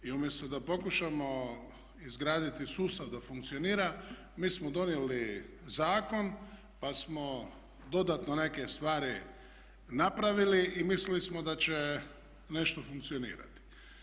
I umjesto da pokušamo izgraditi sustav da funkcionira mi smo donijeli zakon, pa smo dodatno neke stvari napravili i mislili smo da će nešto funkcionirati.